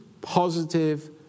positive